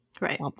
Right